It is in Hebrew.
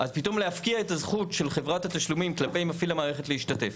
אז פתאום להפקיע את הזכות של חברת התשלומים כלפי מפעיל המערכת להשתתף?